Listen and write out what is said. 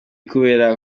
kubera